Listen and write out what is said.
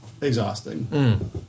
exhausting